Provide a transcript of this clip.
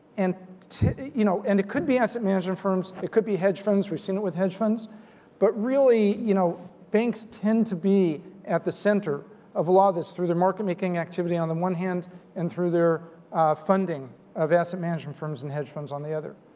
and you know and it could be asset management firms, it could be hedge funds. we've seen it with hedge funds but really, you know banks tend to be at the center of a lot of this through their market making activity on the one hand and through their funding of asset management firms and hedge funds on the other.